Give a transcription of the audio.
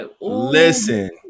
listen